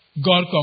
God